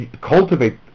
cultivate